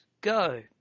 go